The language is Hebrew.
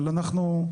אבל אנחנו,